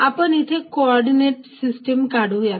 आपण येथे coordinate system काढूयात